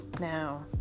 Now